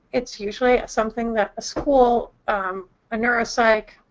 it's usually something that the school a neuro-psych,